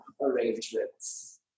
arrangements